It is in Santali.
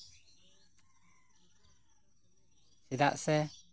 ᱪᱮᱫᱟᱜ ᱥᱮ